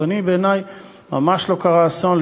אז בעיני ממש לא קרה אסון.